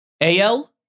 AL